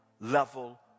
level